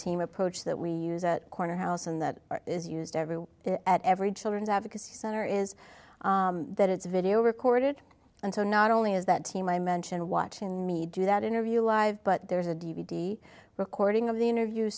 team approach that we use at corner house and that is used everywhere at every children's advocacy center is that it's video recorded and so not only is that team i mentioned watching me do that interview live but there's a d v d recording of the interview